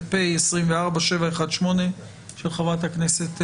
ו-פ/718/24 של חה"כ ברק.